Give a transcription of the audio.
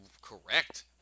correct